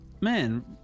man